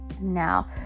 now